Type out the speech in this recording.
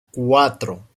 cuatro